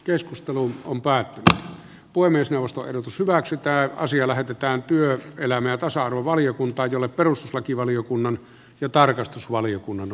keskustelu on päätti puhemiesneuvoston ehdotus hyväksytään asia lähetetään työ elämää tasa saadaan hyvä paketti täältä aikaiseksi